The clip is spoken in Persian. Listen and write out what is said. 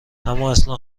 امااصلا